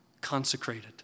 consecrated